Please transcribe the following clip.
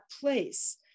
place